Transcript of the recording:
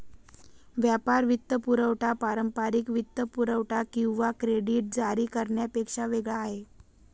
व्यापार वित्तपुरवठा पारंपारिक वित्तपुरवठा किंवा क्रेडिट जारी करण्यापेक्षा वेगळा आहे